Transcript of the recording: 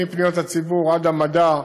מפניות הציבור עד המדע,